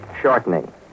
shortening